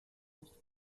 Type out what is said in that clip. auch